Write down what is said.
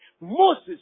moses